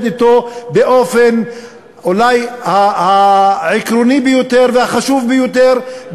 אתו באופן העקרוני ביותר והחשוב ביותר,